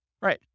Right